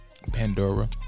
pandora